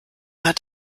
hat